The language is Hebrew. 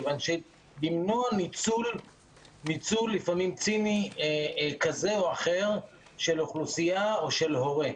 למנוע ניצול לפעמים ציני כזה או אחר של אוכלוסייה או של הורה.